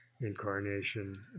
incarnation